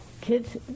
Kids